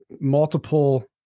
multiple